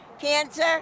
cancer